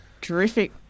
Terrific